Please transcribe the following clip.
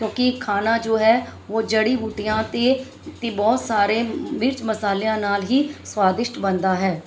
ਕਿਉਂਕਿ ਖਾਣਾ ਜੋ ਹੈ ਉਹ ਜੜੀ ਬੂਟੀਆਂ ਅਤੇ ਅਤੇ ਬਹੁਤ ਸਾਰੇ ਮਿਰਚ ਮਸਾਲਿਆਂ ਨਾਲ ਹੀ ਸਵਾਦਿਸ਼ਟ ਬਣਦਾ ਹੈ